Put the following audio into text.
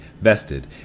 vested